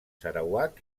sarawak